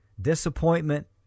disappointment